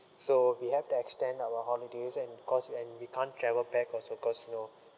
so we have to extend our holidays and because and we can't travel back also cause you know